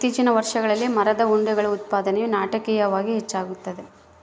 ಇತ್ತೀಚಿನ ವರ್ಷಗಳಲ್ಲಿ ಮರದ ಉಂಡೆಗಳ ಉತ್ಪಾದನೆಯು ನಾಟಕೀಯವಾಗಿ ಹೆಚ್ಚಾಗ್ತದ